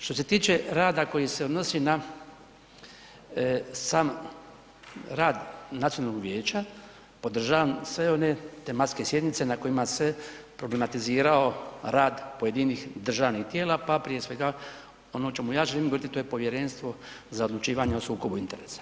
Što se tiče rada koji se odnosi na sam rad Nacionalnog vijeća, podržavam sve one tematske sjednice na kojima se problematizirao rad pojedinih državnih tijela, pa prije svega, ono o čemu ja želim govoriti, to je Povjerenstvo za odlučivanje o sukobu interesa.